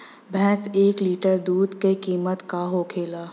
भैंस के एक लीटर दूध का कीमत का होखेला?